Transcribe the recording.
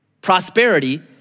prosperity